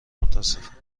متاسفم